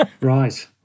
Right